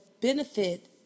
benefit